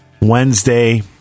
Wednesday